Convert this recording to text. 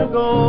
go